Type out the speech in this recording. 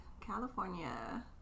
California